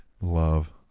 Love